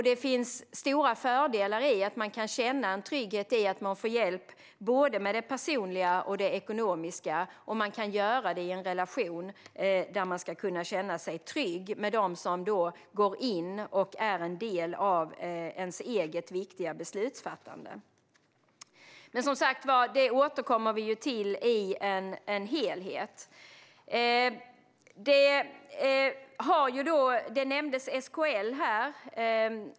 Det finns stora fördelar i att känna en trygghet i att få hjälp med både det personliga och det ekonomiska, och det ska göras i en relation där man känner sig trygg med dem som går in och är en del av ens egna viktiga beslutsfattande. Vi återkommer till frågan i en helhet. SKL nämndes här.